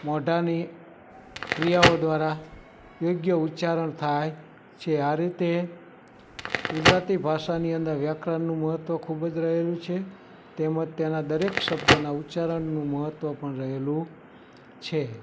મોઢાની ક્રિયાઓ દ્વારા યોગ્ય ઉચ્ચારણ થાય છે આ રીતે ગુજરાતી ભાષાની અંદર વ્યાકરણનું મહત્ત્વ ખૂબ જ રહેલું છે તેમજ તેના દરેક શબ્દના ઉચ્ચારણનું મહત્ત્વ પણ રહેલું છે